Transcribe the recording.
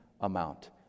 amount